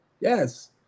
yes